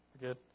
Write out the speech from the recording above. Good